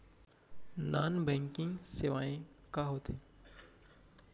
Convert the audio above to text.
non banking सेवाएं का होथे